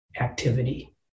activity